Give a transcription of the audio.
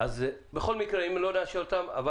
אז בכל מקרה אם לא נאשר אותן אבל